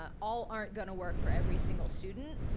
ah all aren't going to work for every single student.